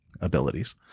abilities